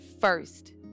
first